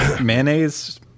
mayonnaise